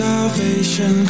salvation